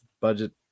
budget